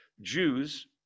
Jews